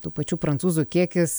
tų pačių prancūzų kiekis